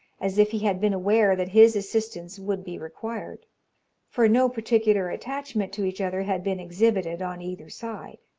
as if he had been aware that his assistance would be required for no particular attachment to each other had been exhibited on either side.